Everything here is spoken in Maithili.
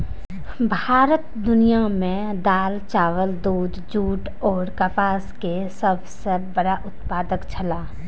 भारत दुनिया में दाल, चावल, दूध, जूट और कपास के सब सॉ बड़ा उत्पादक छला